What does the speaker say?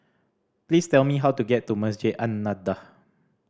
please tell me how to get to Masjid An Nahdhah